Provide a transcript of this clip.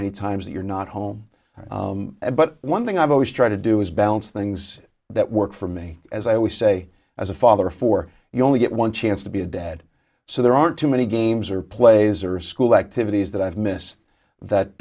many times that you're not home but one thing i always try to do is balance things that work for me as i always say as a father for you only get one chance to be a dad so there aren't too many games or plays or school activities that i've missed that